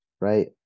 right